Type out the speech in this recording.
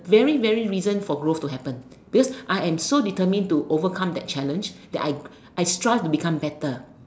very very reason for growth to happen because I am so determined to overcome that challenge that I I strive to become better